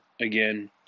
again